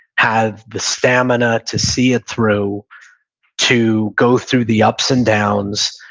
have the stamina to see it through to go through the ups and downs.